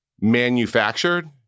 manufactured